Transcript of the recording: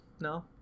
No